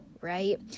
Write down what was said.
right